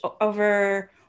over